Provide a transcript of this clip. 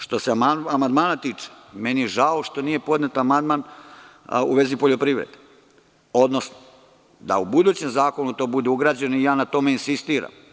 Što se amandmana tiče, žao mi je što nije podnet amandman u vezi poljoprivrede, odnosno da u budućem zakonu to bude ugrađeno i na tome insistiram.